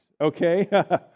okay